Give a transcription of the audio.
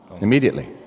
Immediately